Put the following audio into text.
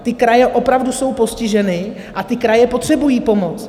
Ty kraje opravdu jsou postiženy a ty kraje potřebují pomoc.